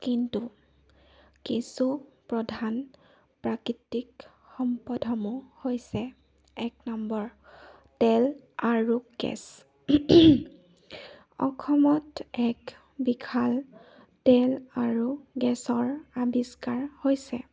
কিন্তু কিছু প্ৰধান প্ৰাকৃতিক সম্পদসমূহ হৈছে এক নম্বৰ তেল আৰু গেছ অসমত এক বিশাল তেল আৰু গেছৰ আৱিষ্কাৰ হৈছে